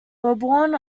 bourbon